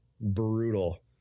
brutal